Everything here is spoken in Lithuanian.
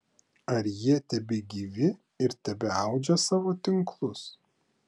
ar jie tebegyvi ir tebeaudžia savo tinklus